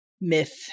myth